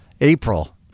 April